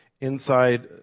inside